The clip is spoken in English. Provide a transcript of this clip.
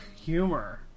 humor